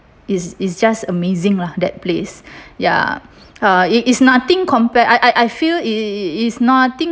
is is just amazing lah that place ya uh it is nothing compared I I feel is nothing